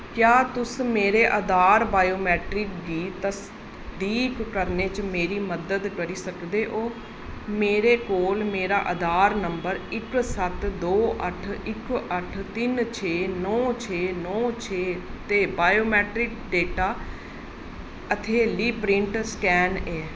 क्या तुस मेरे आधार बायोमैट्रिक गी तसदीक करने च मेरी मदद करी सकदे ओ मेरे कोल मेरा आधार नंबर इक सत्त दो अट्ठ इक अट्ठ तिन्न छे नौ छे नौ छे ते बायोमैट्रिक डेटा हथेली प्रिंट स्कैन ऐ